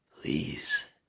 Please